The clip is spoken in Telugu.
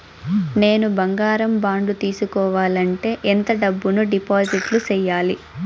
నేను బంగారం బాండు తీసుకోవాలంటే ఎంత డబ్బును డిపాజిట్లు సేయాలి?